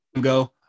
go